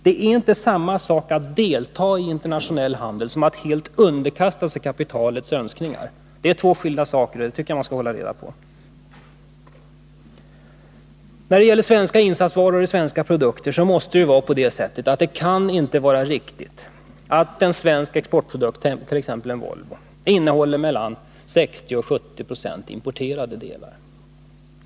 Det är inte samma sak att delta i internationell handel som att helt underkasta sig kapitalets önskningar. Det är två skilda saker, och det tycker jag att man skall hålla reda på. Jag nämnde svenska insatsvaror i svenska produkter. Det kan inte vara riktigt att en svensk exportprodukt, t.ex. en Volvo, innehåller mellan 60 och 70 Yo importerade delar.